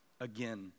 again